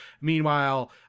Meanwhile